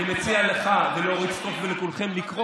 אני מציע לך ולאורית סטרוק ולכולכם לקרוא